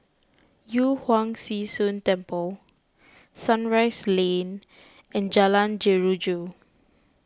Yu Huang Zhi Zun Temple Sunrise Lane and Jalan Jeruju